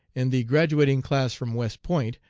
in the graduating class from west point,